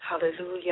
Hallelujah